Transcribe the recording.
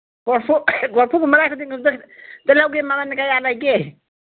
ꯈꯤꯇ ꯂꯧꯒꯦ ꯃꯃꯟ ꯀꯌꯥ ꯂꯩꯒꯦ